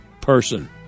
person